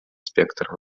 спектр